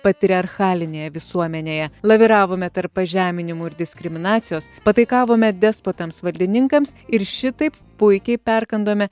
patriarchalinėje visuomenėje laviravome tarp pažeminimų ir diskriminacijos pataikavome despotams valdininkams ir šitaip puikiai perkandome